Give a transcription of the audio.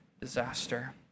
disaster